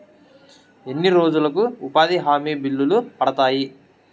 ఎన్ని రోజులకు ఉపాధి హామీ బిల్లులు పడతాయి?